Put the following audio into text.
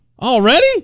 Already